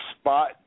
spot